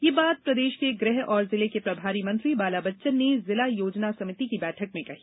ये बात प्रदेष के गृह और जिले के प्रभारी मंत्री बाला बच्चन ने जिला योजना समिति की बैठक में कही